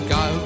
go